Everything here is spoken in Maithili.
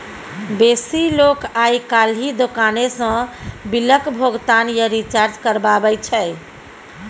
बेसी लोक आइ काल्हि दोकाने सँ बिलक भोगतान या रिचार्ज करबाबै छै